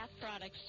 products